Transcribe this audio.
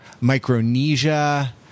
micronesia